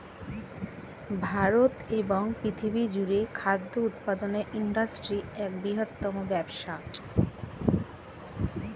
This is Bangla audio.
ভারতে এবং পৃথিবী জুড়ে খাদ্য উৎপাদনের ইন্ডাস্ট্রি এক বৃহত্তম ব্যবসা